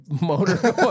motor